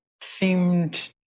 seemed